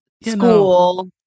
school